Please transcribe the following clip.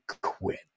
quit